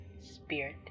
spirit